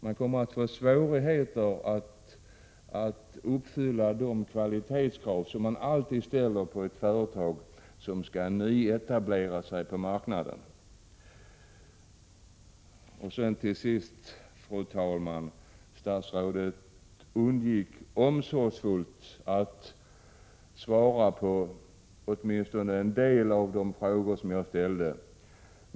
Man kommer att få svårigheter att uppfylla de krav som alltid ställs på ett företag som skall nyetablera sig på marknaden. Fru talman! Statsrådet undgick omsorgsfullt att svara på en del av de frågor jag ställde.